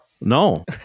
no